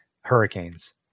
hurricanes